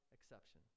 exception